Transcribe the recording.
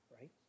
right